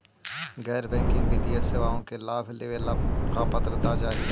गैर बैंकिंग वित्तीय सेवाओं के लाभ लेवेला का पात्रता चाही?